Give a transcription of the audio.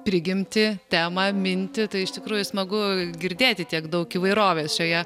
prigimtį temą mintį tai iš tikrųjų smagu girdėti tiek daug įvairovės šioje